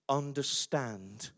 understand